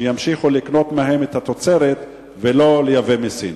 שימשיכו לקנות מהם את התוצרת ולא לייבא מסין.